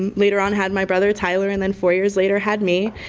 um later on had my brother tyler and then four years later had me,